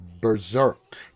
Berserk